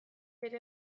bere